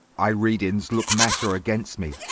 i read in's looks matter against me,